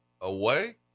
away